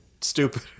stupid